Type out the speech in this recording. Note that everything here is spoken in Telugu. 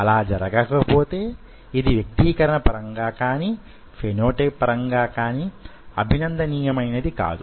అలా జరగకపోతే యిది వ్యక్తీకరణ పరంగా కానీ ఫెనో టైప్ పరంగా కాని అభినందనీయమైనది కాదు